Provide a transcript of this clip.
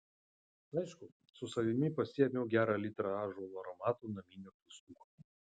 aišku su savimi pasiėmiau gerą litrą ąžuolo aromato naminio pilstuko